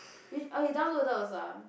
which~ oh you downloaded also ah